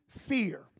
fear